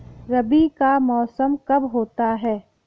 रबी का मौसम कब होता हैं?